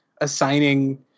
assigning